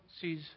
sees